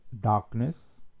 darkness